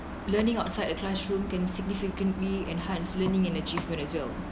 learning outside the classroom can significantly enhance learning and achievement as well